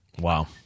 Wow